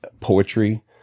poetry